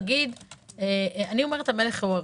אני אומרת: המלך הוא עירום.